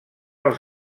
els